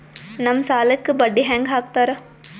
ನಮ್ ಸಾಲಕ್ ಬಡ್ಡಿ ಹ್ಯಾಂಗ ಹಾಕ್ತಾರ?